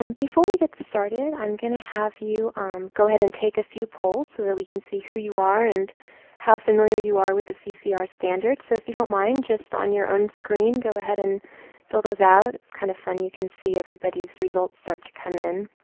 um before we get started, i'm going to have you um go ahead and take a few polls so that we can see who you are and how familiar you are with the ccr standards. so if you don't mind, just on your own screen, go ahead and fill those out. it's kind of fun. you can see everybody's results start to come in.